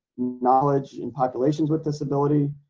knowledge in populations with disability,